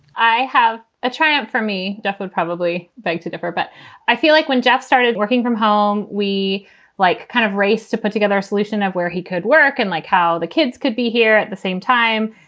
i have a triumph for me. definite probably beg to differ, but i feel like when jeff started working from home, we like kind of race to put together our solution of where he could work and like how the kids could be here at the same time.